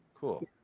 Cool